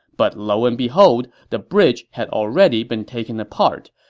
but lo and behold, the bridge had already been taken apart,